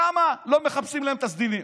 למה לא מכבסים להם את הסדינים?